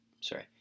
sorry